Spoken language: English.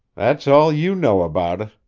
that's all you know about it.